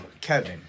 kevin